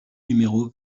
numéro